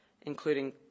including